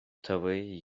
tavayı